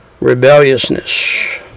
rebelliousness